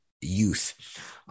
youth